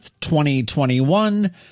2021